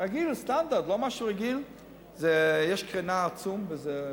רגיל, סטנדרט, לא משהו, יש קרינה עצומה.